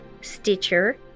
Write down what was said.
Stitcher